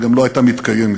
וגם לא הייתה מתקיימת.